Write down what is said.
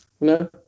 No